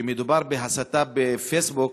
שמדובר בהסתה בפייסבוק.